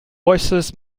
voices